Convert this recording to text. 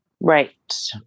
Right